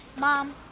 mom.